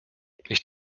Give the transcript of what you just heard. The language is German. ich